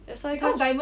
that's why 她